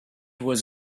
was